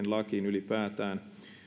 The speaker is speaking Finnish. lakiin ylipäätään